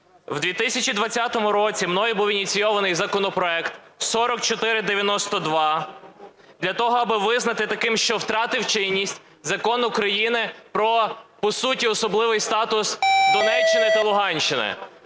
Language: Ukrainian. В 2020 році мною був ініційований законопроект 4492 для того, аби визнати таким, що втратив чинність Закон України про, по суті, особливий статус Донеччини та Луганщини